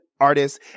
artists